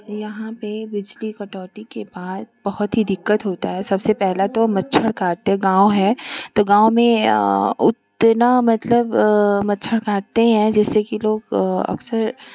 यहाँ पर बिजली कटौती के बाद बहुत ही दिक्कत होता है सबसे पहला तो मच्छर काटते गाँव है तो गाँव में अ उतना मतलब मच्छर काटते हैं जिससे की लोग अक्सर